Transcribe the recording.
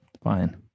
Fine